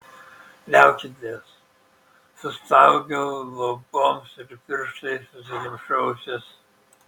liaukitės sustaugiau luboms ir pirštais užsikimšau ausis